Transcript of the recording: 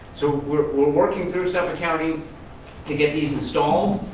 so we're we're working through suffolk county to get these installed.